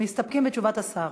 שהם מסתפקים בתשובת השר.